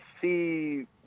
see